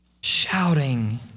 Shouting